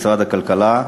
משרד הכלכלה.